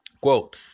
Quote